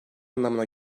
anlamına